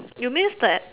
you mean that